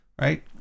right